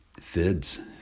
Fids